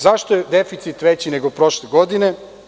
Zašto je deficit veći nego prošle godine?